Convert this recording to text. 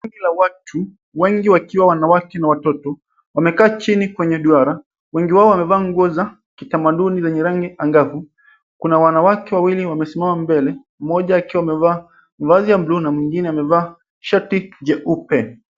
Kundi la watu, wengi wakiwa wanawake na watoto wamekaa chini kwenye duara. Wengi wao wamevaa nguo za kitamaduni zenye rangi angavu. Kuna wanawake wawili wamesimama mbele mmoja akiwa amevaa vazi ya bluu na mwingine amevaa shati jeupe.